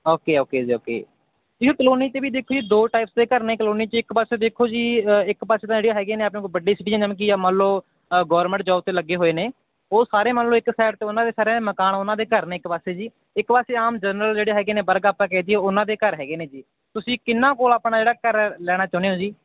okay okay ਜੀ okay ਜੀ ਉਹ ਕਲੋਨੀ 'ਚ ਵੀ ਦੇਖੋ ਜੀ ਦੋ ਟਾਈਪਸ ਦੇ ਘਰ ਨੇ ਕਲੋਨੀ 'ਚ ਇੱਕ ਪਾਸੇ ਦੇਖੋ ਜੀ ਇੱਕ ਪਾਸੇ ਦਾ ਜਿਹੜੀਆਂ ਹੈਗੀਆ ਨੇ ਆਪਣੇ ਕੋਲ ਵੱਡੀ ਸਿਟੀਜਨ ਮਤਲਬ ਕਿ ਮੰਨ ਲਓ ਗੌਰਮੈਂਟ ਜੋਬ 'ਤੇ ਲੱਗੇ ਹੋਏ ਨੇ ਉਹ ਸਾਰੇ ਮੰਨ ਲਓ ਇੱਕ ਸਾਈਡ 'ਤੇ ਉਹਨਾਂ ਦੇ ਸਾਰਿਆਂ ਦੇ ਮਕਾਨ ਉਹਨਾਂ ਦੇ ਘਰ ਨੇ ਇੱਕ ਪਾਸੇ ਜੀ ਇੱਕ ਪਾਸੇ ਆਮ ਜਨਰਲ ਜਿਹੜੇ ਹੈਗੇ ਨੇ ਵਰਕ ਆਪਾਂ ਕਹਿ ਦਈਏ ਉਹਨਾਂ ਦੇ ਘਰ ਹੈਗੇ ਨੇ ਜੀ ਤੁਸੀਂ ਕਿਹਨਾਂ ਕੋਲ ਆਪਣਾ ਜਿਹੜਾ ਘਰ ਲੈਣਾ ਚਾਹੁੰਦੇ ਹੋ ਜੀ